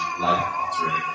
life-altering